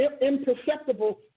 imperceptible